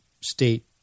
state